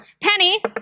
Penny